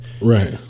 Right